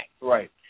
Right